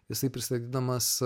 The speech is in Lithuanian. jisai pristatydamas